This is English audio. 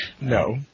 No